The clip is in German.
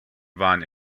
waren